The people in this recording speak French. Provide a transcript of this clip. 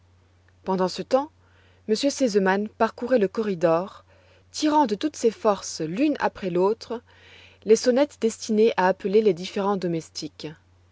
pendant ce temps m r sesemann parcourait le corridor tirant de toutes ses forces l'une après l'autre les sonnettes destinées à appeler les différents domestiques